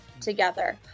together